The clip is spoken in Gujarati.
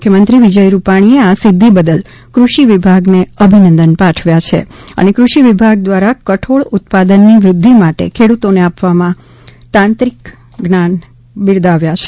મુખ્યમંત્રી વિજય રૂપાણીએ આ સિદ્ધિ બદલ કૃષિ વિભાગને અભિનંદન પાઠવ્યા છે અને કૃષિ વિભાગ દ્વારા કઠોળ ઉત્પાદનની વૃદ્ધિ માટે ખેડૂતોને આપવામાં આવેલ તાંત્રિક જ્ઞાન અને મહેનતને બિરદાવ્યા છે